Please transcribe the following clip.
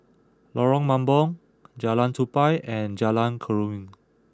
Lorong Mambong Jalan Tupai and Jalan Keruing